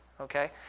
okay